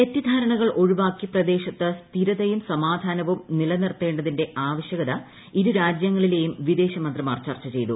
തെറ്റിദ്ധാരണകൾ ഒഴിവാക്കി പ്രദേശത്ത് സ്ഥിരതയും സമാധാനവും നിലനിർത്തേണ്ടതിന്റെ ആവശ്യകത ഇരുർജ്ജ്യങ്ങളിലേയും വിദേശമന്ത്രിമാർ ചർച്ച ചെയ്തു